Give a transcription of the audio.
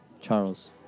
Charles